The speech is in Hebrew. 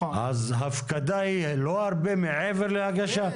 אז הפקדה היא לא הרבה מעבר להגשה?